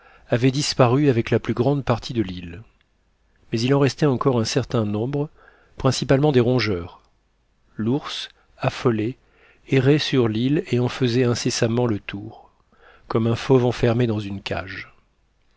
avaient disparu avec la plus grande partie de l'île mais il en restait encore un certain nombre principalement des rongeurs l'ours affolé errait sur l'îlot et en faisait incessamment le tour comme un fauve enfermé dans une cage